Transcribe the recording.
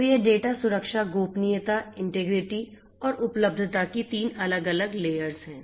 तो ये डेटा सुरक्षा गोपनीयता इंटीग्रिटी और उपलब्धता की तीन अलग अलग लेयर्स हैं